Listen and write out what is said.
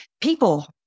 people